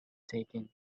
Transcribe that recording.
taken